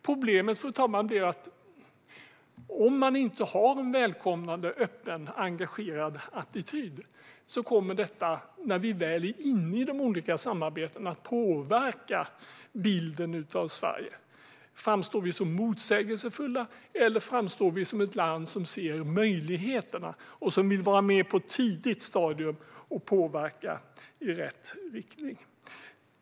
Problemet, fru talman, är att om vi inte har en välkomnande, öppen och engagerad attityd kommer det, när vi väl är inne i de olika samarbetena, att påverka bilden av Sverige. Framstår vi som motsägelsefulla eller framstår vi som ett land som ser möjligheterna och vill vara med och på ett tidigt stadium påverka i rätt riktning?